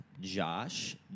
Josh